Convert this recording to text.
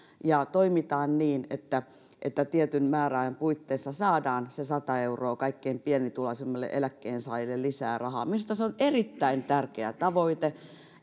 ja toimitaan niin että että tietyn määräajan puitteissa saadaan se sata euroa lisää rahaa kaikkein pienituloisimmille eläkkeensaajille minusta se on erittäin tärkeä tavoite